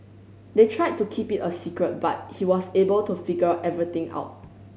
they tried to keep it a secret but he was able to figure everything out